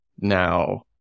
Now